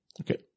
Okay